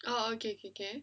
oh okay okay